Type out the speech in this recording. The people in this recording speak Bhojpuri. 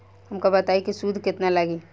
हमका बताई कि सूद केतना लागी?